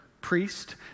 priest